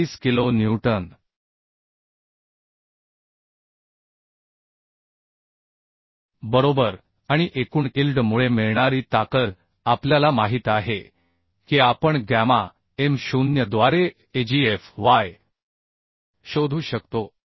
36 kilo newton बरोबर आणि एकूण इल्ड मुळे मिळणारी ताकद आपल्याला माहित आहे की आपण गॅमा एम 0 द्वारे AgFyशोधू शकतो